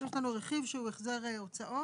יש לנו רכיב שהוא החזר הוצאות,